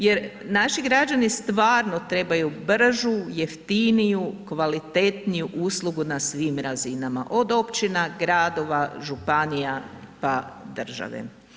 Jer naši građani stvarno trebaju bržu, jeftiniju, kvalitetniju uslugu na svim razinama, od općina, gradova, županija pa države.